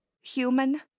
Human